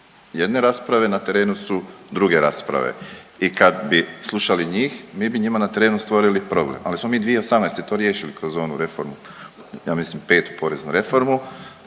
jedne rasprave, na terenu su druge rasprave. I kad bi slušali njih mi bi njima na terenu stvorili problem, ali smo mi 2018. to riješili kroz onu reformu ja mislim petu poreznu reformu.